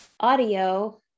audio